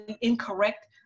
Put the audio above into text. incorrect